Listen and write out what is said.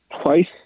twice